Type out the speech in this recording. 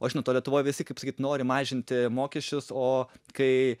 o žinot toj lietuvoj visi kaip sakyt nori mažinti mokesčius o kai